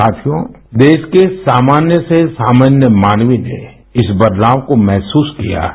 साथियो देश के सामान्य से सामान्य मानवी ने इस बदलाव को महसूस किया है